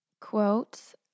quotes